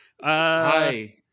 hi